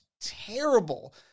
terrible